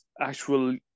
actual